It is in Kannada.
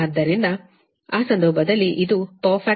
ಆದ್ದರಿಂದ ಆ ಸಂದರ್ಭದಲ್ಲಿ ಇದು ಪವರ್ ಫ್ಯಾಕ್ಟರ್ ಲೋಡ್ 0